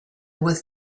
was